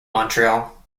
montreal